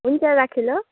हुन्छ राखेँ ल